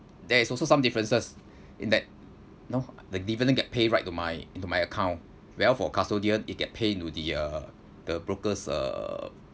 there is also some differences in that you know the dividend get pay right into my into my account whereas for custodial it get pay into the uh the broker's uh